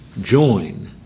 join